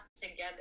together